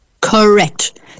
Correct